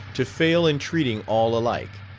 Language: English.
to fail in treating all alike.